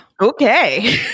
Okay